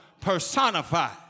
personified